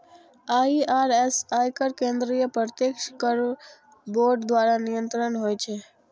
IRS, आयकर केंद्रीय प्रत्यक्ष कर बोर्ड द्वारा नियंत्रित होइ छै